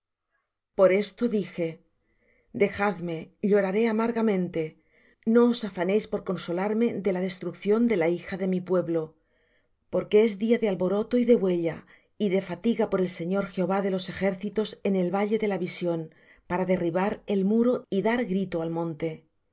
por esto dije dejadme lloraré amargamente no os afanéis por consolarme de la destrucción de la hija de mi pueblo porque día es de alboroto y de huella y de fatiga por el señor jehová de los ejércitos en el valle de la visión para derribar el muro y dar grita al monte